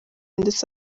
ndetse